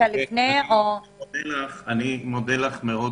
מודה לך.